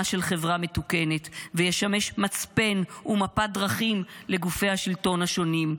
של חברה מתוקנת וישמש מצפן ומפת דרכים לגופי השלטון השונים,